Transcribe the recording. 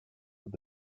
with